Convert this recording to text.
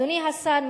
אדוני השר,